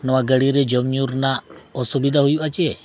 ᱱᱚᱣᱟ ᱜᱟᱹᱰᱤᱨᱮ ᱡᱚᱢᱼᱧᱩ ᱨᱮᱱᱟᱜ ᱚᱥᱩᱵᱤᱫᱷᱟ ᱦᱩᱭᱩᱜᱼᱟ ᱪᱮ